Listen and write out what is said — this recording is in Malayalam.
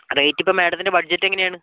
റേറ്റ് ഇപ്പം മേഡത്തിൻ്റെ ബഡ്ജറ്റ് എങ്ങനെയാണ്